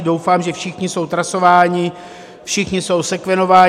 Doufám, že všichni jsou trasováni, všichni jsou sekvenováni.